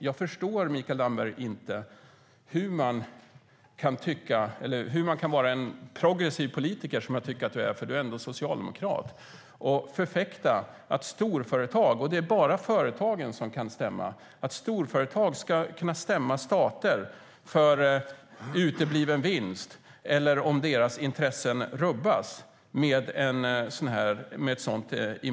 Jag förstår, Mikael Damberg, inte hur man kan vara en progressiv politiker, som jag tycker att du är, för du är ändå socialdemokrat, och förfäkta att storföretag - och det är bara företagen som med ett sådant investerarskydd kan stämma - ska kunna stämma stater för utebliven vinst eller om deras intressen rubbas.